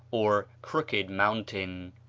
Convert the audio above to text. or crooked mountain.